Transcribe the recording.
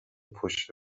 پشت